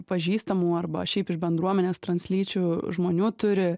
pažįstamų arba šiaip iš bendruomenės translyčių žmonių turi